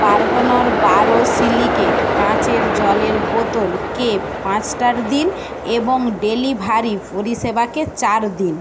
বার্গোনার borosilicate কাঁচের জলের বোতলকে পাঁচ স্টার দিন এবং ডেলিভারি পরিষেবাকে চার দিন